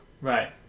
Right